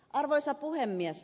arvoisa puhemies